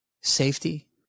safety